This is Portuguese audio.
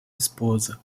esposa